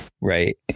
Right